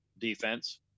defense